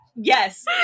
Yes